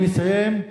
אני מסיים.